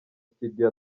studio